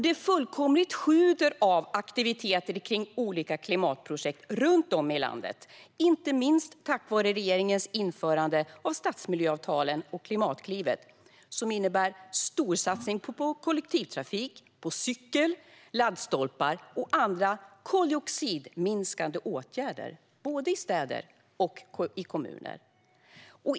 Det fullkomligt sjuder av aktiviteter kring olika klimatprojekt runt om i landet, inte minst tack vare regeringens införande av stadsmiljöavtalen och Klimatklivet, som innebär en storsatsning på kollektivtrafik, cykel, laddstolpar och andra koldioxidminskande åtgärder både i städer och kommuner.